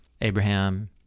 Abraham